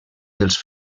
dels